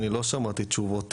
אני לא שמעתי תשובות,